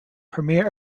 premier